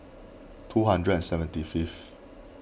two hundred and seventy fifth